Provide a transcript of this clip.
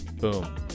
boom